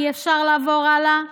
אי-אפשר לעבור הלאה?